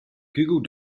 google